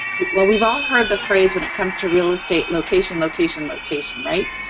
well, we've all heard the phrase when it comes to real estate location, location, location right?